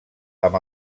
amb